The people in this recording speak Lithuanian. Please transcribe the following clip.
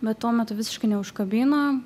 bet tuo metu visiškai neužkabino